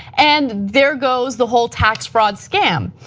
and there goes the whole tax fraud scam.